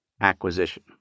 acquisition